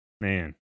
man